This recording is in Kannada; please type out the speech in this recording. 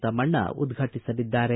ತಮ್ಮಣ್ಣ ಉದ್ಘಾಟಸಲಿದ್ದಾರೆ